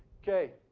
okay.